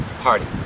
party